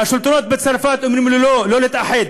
והשלטונות בצרפת אומרים לו: לא, לא להתאחד.